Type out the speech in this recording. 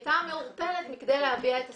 הייתה מעורפלת מכדי להביע את הסכמתה.